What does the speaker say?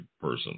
person